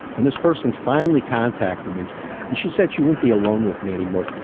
and this person finally contacted me and she said she wouldn't be alone with me anymore.